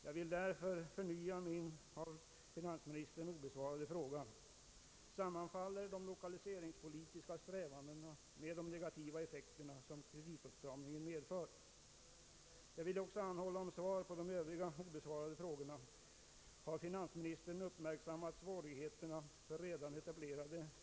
Jag vill därför förnya min av finansministern obesvarade fråga: Sammanfaller de lokaliseringspolitiska strävandena med de negativa effekter som kreditåtstramningen medför?